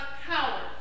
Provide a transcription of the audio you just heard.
power